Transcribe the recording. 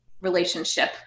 relationship